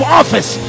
office